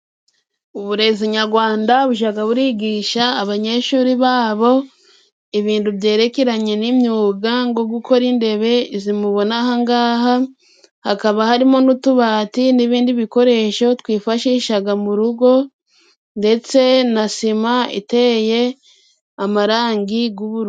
Uburezi nyagwanda bujaga burigisha abanyeshuri babo ibintu byerekeranye n'imyuga ngo gukora indebe, izi mubona ahangaha. Hakaba harimo n'utubati n'ibindi bikoresho twifashishaga mu rugo, ndetse na sima iteye amarangi g'ubururu.